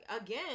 Again